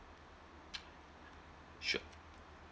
sure